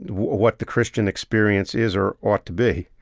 what the christian experience is or ought to be.